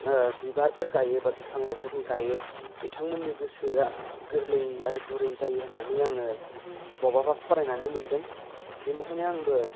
बिबारफोर गायोबा बिफां लाइफांखौ गायो बिथांमोननि गोसोआ गोरलै आरो गुरै जायो होननानै आङो बबावबा फरायनानै मोनदों बेनिखायनो आंबो